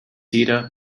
jeder